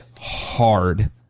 hard